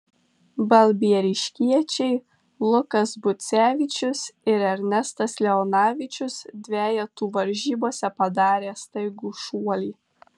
balbieriškiečiai lukas bucevičius ir ernestas leonavičius dvejetų varžybose padarė staigų šuolį